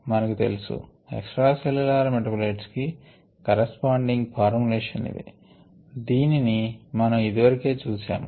మనకు తెలుసు extra cellular metabolites కి కరెస్పాండింగ్ ఫార్ములేషన్ ఇది దీనిని మనం ఇదివరకే చూశాము